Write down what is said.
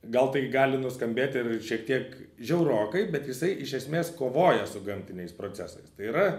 gal tai gali nuskambėt ir šiek tiek žiaurokai bet jisai iš esmės kovoja su gamtiniais procesais tai yra